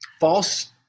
False